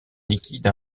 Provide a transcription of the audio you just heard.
liquide